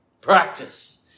practice